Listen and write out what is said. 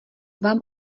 vám